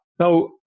Now